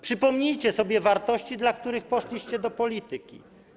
Przypomnijcie sobie wartości, dla których poszliście dla polityki.